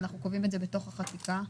אנחנו קובעים בתוך החקיקה: